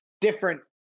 different